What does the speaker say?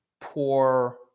poor